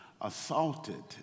assaulted